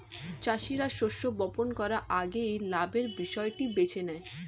চাষীরা শস্য বপন করার আগে লাভের বিষয়টি বেছে নেয়